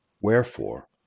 Wherefore